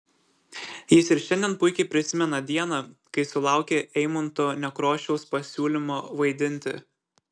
jis ir šiandien puikiai prisimena dieną kai sulaukė eimunto nekrošiaus pasiūlymo vaidinti